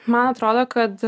man atrodo kad